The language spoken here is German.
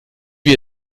wir